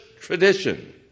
tradition